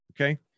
okay